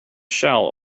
shell